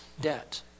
debt